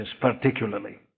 particularly